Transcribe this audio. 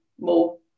more